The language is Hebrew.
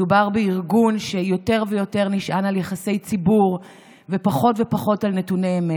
מדובר בארגון שיותר ויותר נשען על יחסי ציבור ופחות ופחות על נתוני אמת.